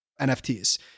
NFTs